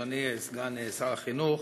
אדוני סגן שר החינוך.